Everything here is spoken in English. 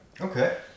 Okay